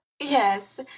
Yes